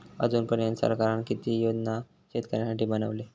अजून पर्यंत सरकारान किती योजना शेतकऱ्यांसाठी बनवले?